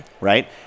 right